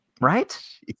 right